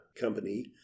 Company